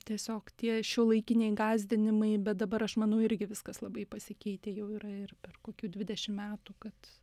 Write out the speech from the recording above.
tiesiog tie šiuolaikiniai gąsdinimai bet dabar aš manau irgi viskas labai pasikeitę jau yra ir per kokių dvidešim metų kad